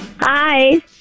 Hi